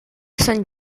sant